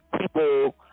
people